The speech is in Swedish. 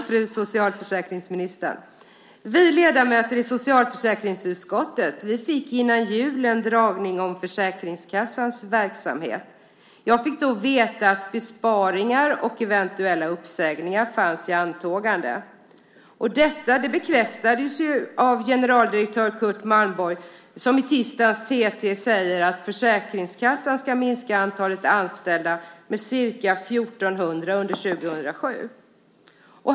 Fru talman! Vi ledamöter i socialförsäkringsutskottet fick före jul en dragning om Försäkringskassans verksamhet. Jag fick då veta att besparingar och eventuella uppsägningar var i antågande. Det bekräftades ju av generaldirektör Curt Malmborg, som i tisdags i TT sade att Försäkringskassan ska minska antalet anställda med ca 1 400 under 2007.